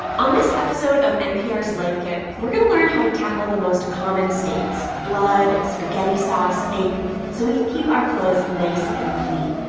on this episode of npr's life kit, we're going to learn how to tackle the most common stains blood, spaghetti sauce, ink so we can keep our clothes nice and clean.